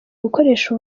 gukoresha